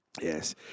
Yes